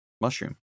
mushroom